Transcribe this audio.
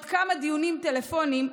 ועוד כמה דיונים טלפוניים,